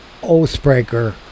Oathbreaker